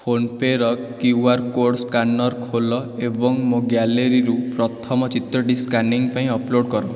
ଫୋନ୍ପେ'ର Q R code scanner ଖୋଲ ଏବଂ ମୋ ଗ୍ୟାଲେରୀରୁ ପ୍ରଥମ ଚିତ୍ରଟି ସ୍କାନିଂ ପାଇଁ ଅପ୍ଲୋଡ଼ କର